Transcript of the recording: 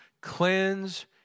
Cleanse